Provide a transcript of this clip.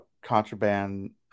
Contraband